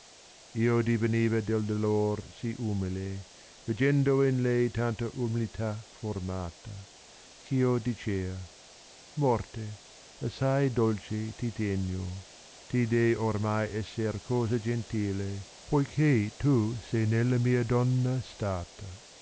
io diveniva nel dolor si umile yeggendo in lei tanta umiltà formata gh io dicea morte assai dolce ti tegno tu dei omai esser cosa gentile poiché tu se nella mia donna stata